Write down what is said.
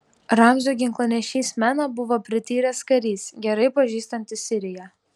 ramzio ginklanešys mena buvo prityręs karys gerai pažįstantis siriją